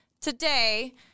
today